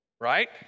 right